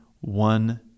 one